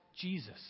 Jesus